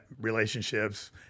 relationships